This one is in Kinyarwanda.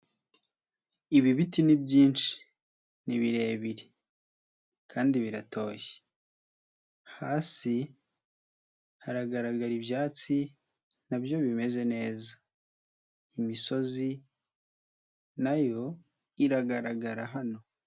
Ibi biti ni byinshi, ni birebire kandi biratoshye. Hasi haragaragara ibyatsi na byo bimeze neza. Imisozi na yo iragaragara hano.